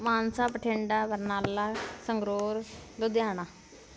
Mansa Bathinda Barnala Sangrur Ludhiana